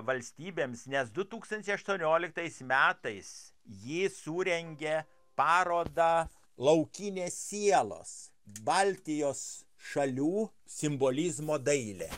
valstybėms nes du tūkstanciai aštuonioliktais metais ji surengė parodą laukinės sielos baltijos šalių simbolizmo dailė